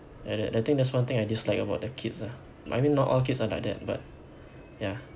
ya that I think that's one thing I dislike about the kids lah I mean not all kids are like that but ya